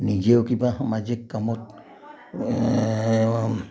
নিজেও কিবা সামাজিক কামত